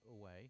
away